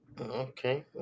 Okay